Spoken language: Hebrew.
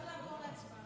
אפשר לעבור להצבעה.